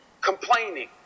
Complaining